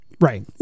Right